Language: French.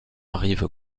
rive